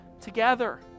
together